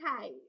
Okay